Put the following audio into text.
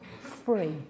free